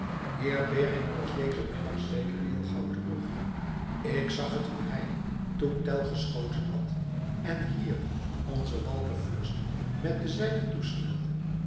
heer beringer was dezen middag zeker heel gauw terug ik zag het hoe hij toen tell geschoten had en hier onze walter fürst met de zijnen toesnelde